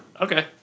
Okay